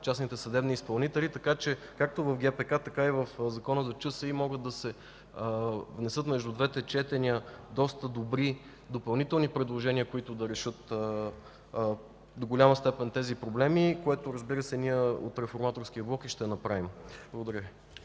частните съдебни изпълнители, така че както в ГПК, така и в Закона за частните съдебни изпълнители, могат да се внесат между двете четения доста добри допълнителни предложения, които да решат до голяма степен тези проблеми, което, разбира се, ние от Реформаторския блок ще направим. Благодаря.